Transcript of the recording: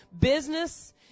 business